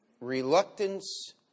reluctance